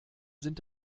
sind